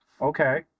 okay